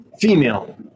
Female